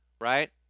right